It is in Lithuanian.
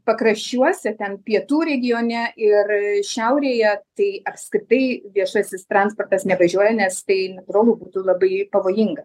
pakraščiuose ten pietų regione ir šiaurėje tai apskritai viešasis transportas nevažiuoja nes tai natūralu būtų labai pavojinga